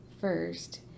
first